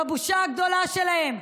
בבושה הגדולה שלהם,